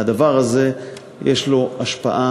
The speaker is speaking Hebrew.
הדבר הזה יש לו השפעה